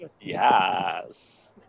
Yes